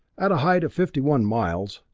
at a height of fifty-one miles,